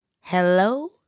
Hello